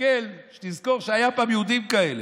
תסתכל כדי שתזכור שהיו פעם יהודים כאלה.